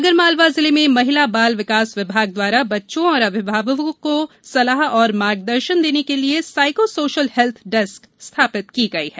आगरमालवा जिले में महिला बाल विकास विभाग द्वारा बच्चों और अभिभावकों को सलाह एवं मार्गदर्शन देने के लिये साइको सोशल हेल्थ डेस्क स्थापित की गई है